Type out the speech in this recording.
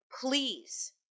please